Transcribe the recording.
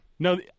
No